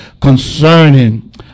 concerning